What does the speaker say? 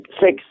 six